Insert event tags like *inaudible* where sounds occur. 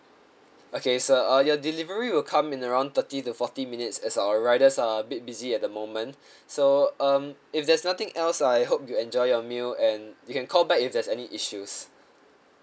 okay sir uh your delivery will come in around thirty to forty minutes as our riders are a bit busy at the moment *breath* so um if there's nothing else I hope you enjoy your meal and you can call back if there's any issues